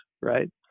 right